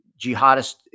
jihadist